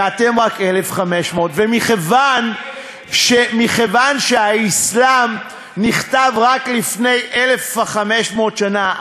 ואתם רק 1,500. ומכיוון שהאסלאם נכתב רק לפני 1,500 שנה,